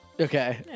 Okay